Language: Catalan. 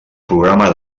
programa